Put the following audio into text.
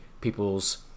people's